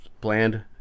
bland